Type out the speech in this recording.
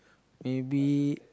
maybe